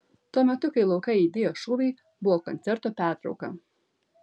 tuo metu kai lauke aidėjo šūviai buvo koncerto pertrauka